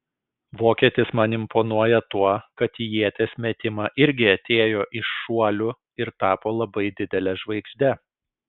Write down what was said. vokietis man imponuoja tuo kad į ieties metimą irgi atėjo iš šuolių ir tapo labai didele žvaigžde